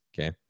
okay